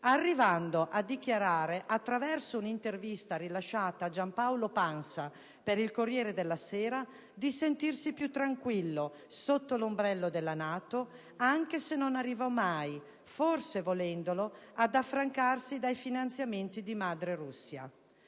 arrivando a dichiarare, attraverso un'intervista rilasciata a Giampaolo Pansa per il «Corriere della Sera», di sentirsi più tranquillo sotto l'ombrello della NATO, anche se non arrivò mai, forse volendolo, ad affrancarsi dai finanziamenti di madre Russia.